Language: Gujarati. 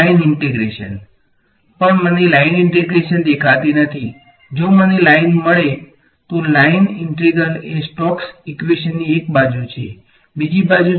લાઇન ઇન્ટિગ્રલ પણ મને લાઇન ઇન્ટિગ્રલ દેખાતી નથી જો મને લાઇન મળે તો લાઇન ઇન્ટિગ્રલ એ સ્ટોક્સ ઇક્વેશનની એક બાજુ છે બીજી બાજુ શું છે